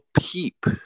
peep